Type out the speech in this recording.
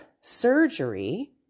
surgery